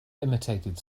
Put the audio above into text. imitated